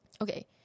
Okay